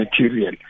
material